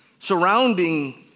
Surrounding